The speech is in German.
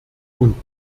und